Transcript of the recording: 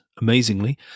amazingly